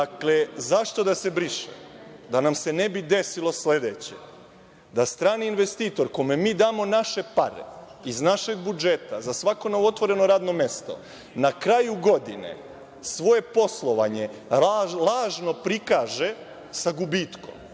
misao. Dakle, zašto da se briše. Da nam se ne bi desilo sledeće, da strani investitor kome damo naše pare, iz našeg budžeta, za svako novo otvoreno radno mesto, na kraju godine svoje poslovanje lažno prikaže sa gubitkom,